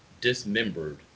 dismembered